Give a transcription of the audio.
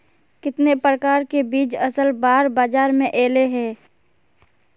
कितने प्रकार के बीज असल बार बाजार में ऐले है?